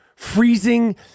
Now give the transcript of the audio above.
Freezing